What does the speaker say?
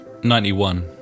91